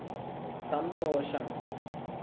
సంతోషం